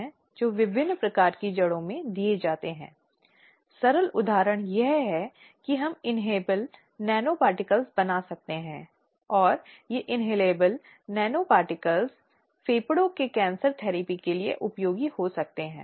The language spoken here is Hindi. इसलिए यह बहुत महत्वपूर्ण है कि जैसे ही कोई घटना या उत्पीड़न की घटना होती है या जिसे वह मानती है कि वह महिलाओं का यौन उत्पीड़न करने का प्रयास कर रही है उसे तुरंत उचित समिति या आंतरिक शिकायत समिति के साथ अपनी शिकायत दर्ज करनी चाहिए जो संगठन के भीतर स्थापित हो चुकी है